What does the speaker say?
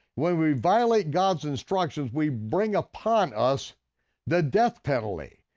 when we violate god's instructions, we bring upon us the death penalty.